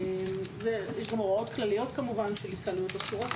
יש גם הוראות כלליות כמובן של התקהלויות אסורות.